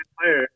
player